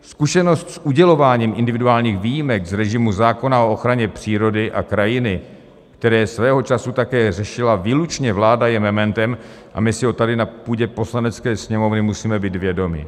Zkušenost s udělováním individuálních výjimek z režimu zákona o ochraně přírody a krajiny, které svého času také řešila výlučně vláda, je mementem a my si ho tady na půdě Poslanecké sněmovny musíme být vědomi.